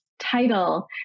title